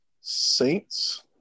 Saints